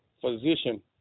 physician